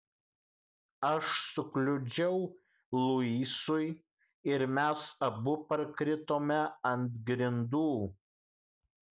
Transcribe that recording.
aš sukliudžiau luisui ir mes abu parkritome ant grindų